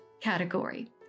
category